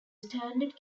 standard